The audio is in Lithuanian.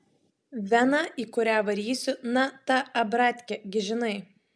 vena į kurią varysiu na ta abratkė gi žinai